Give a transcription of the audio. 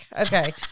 Okay